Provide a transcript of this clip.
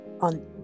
on